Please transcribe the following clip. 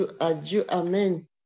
amen